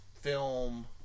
film